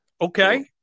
Okay